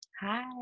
Hi